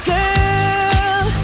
Girl